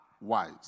wise